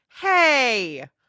hey